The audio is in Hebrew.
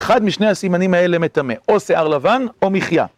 אחד משני הסימנים האלה מטמא, או שיער לבן או מחייה.